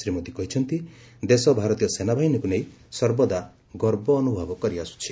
ଶ୍ରୀ ମୋଦି କହିଛନ୍ତି ଦେଶ ଭାରତୀୟ ସେନାବାହିନୀକୁ ନେଇ ସର୍ବଦା ଗର୍ବ ଅନ୍ରଭବ କରିଆସ୍ପ୍ ଛି